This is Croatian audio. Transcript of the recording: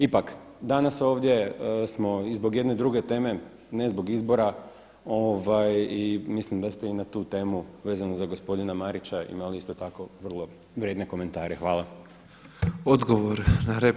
Ipak danas ovdje smo i zbog jedne druge teme, ne zbog izbora i mislim da ste i na tu temu vezano za gospodina Marića imali isto tako vrlo vrijedne komentare.